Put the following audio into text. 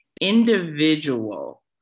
individual